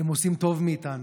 הם עושים טוב מאיתנו,